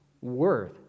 worth